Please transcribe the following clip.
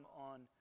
on